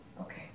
Okay